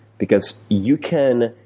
because you can,